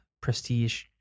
prestige